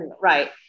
right